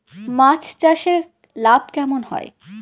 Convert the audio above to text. মাছ চাষে লাভ কেমন হয়?